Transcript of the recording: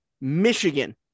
Michigan